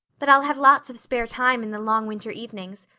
but i'll have lots of spare time in the long winter evenings,